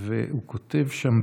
והוא כותב שם,